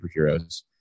superheroes